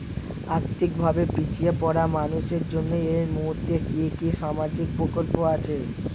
আর্থিক ভাবে পিছিয়ে পড়া মানুষের জন্য এই মুহূর্তে কি কি সামাজিক প্রকল্প আছে?